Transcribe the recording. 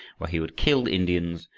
where he would kill indians,